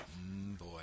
Boy